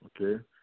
okay